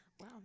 Wow